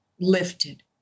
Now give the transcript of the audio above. lifted